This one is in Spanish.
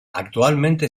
actualmente